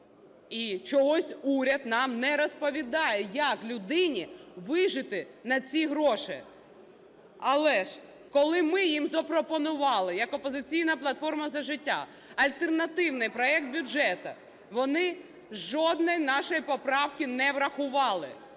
І чогось уряд нам не розповідає, як людині вижити на ці гроші. Але ж, коли ми їм запропонували як "Опозиційна платформа - За життя" альтернативний проект бюджету, вони жодної нашої поправки не врахували.